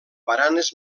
baranes